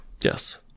Yes